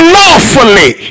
lawfully